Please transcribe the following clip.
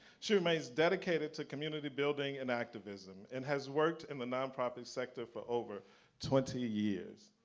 she remains dedicated to community building and activism and has worked in the nonprofit sector for over twenty years.